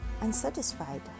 unsatisfied